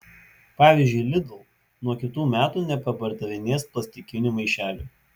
pavyzdžiui lidl nuo kitų metų nebepardavinės plastikinių maišelių